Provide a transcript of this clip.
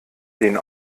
den